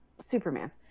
Superman